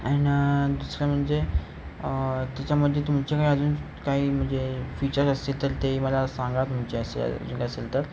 and दुसरं म्हणजे त्याच्यामध्ये तुमच्याकडे अजून काही म्हणजे फीचर असेल तर ते मला सांगा तुमच्या असेल अजून काय असेल तर